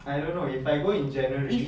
I don't know if I go in january